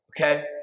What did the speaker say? okay